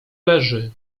leży